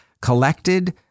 collected